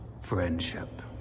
friendship